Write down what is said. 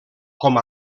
com